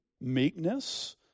meekness